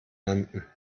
landen